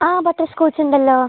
ആ ബട്ടർസ്കോച്ച് ഉണ്ടല്ലോ